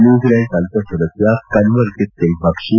New Zealand ಸಂಸತ್ ಸದಸ್ ಕನ್ವಲ್ಜಿತ್ ಸಿಂಗ್ ಭಕ್ಷಿ